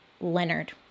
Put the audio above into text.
Leonard